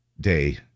Day